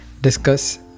discuss